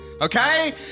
Okay